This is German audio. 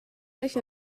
nicht